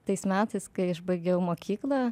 tais metais kai aš baigiau mokyklą